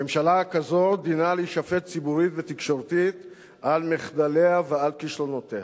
ממשלה כזו דינה להישפט ציבורית ותקשורתית על מחדליה ועל כישלונותיה.